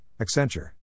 Accenture